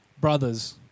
Brothers